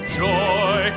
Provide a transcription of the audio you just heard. joy